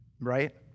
Right